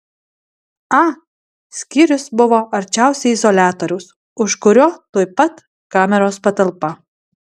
a skyrius buvo arčiausiai izoliatoriaus už kurio tuoj pat kameros patalpa